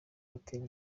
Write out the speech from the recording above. hotel